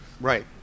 Right